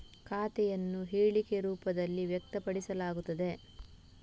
ಖಾತೆಯನ್ನು ಹೇಳಿಕೆ ರೂಪದಲ್ಲಿ ವ್ಯಕ್ತಪಡಿಸಲಾಗುತ್ತದೆ